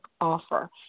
offer